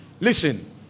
Listen